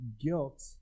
guilt